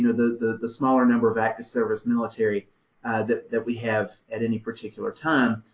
you know the the smaller number of active service military that that we have at any particular time.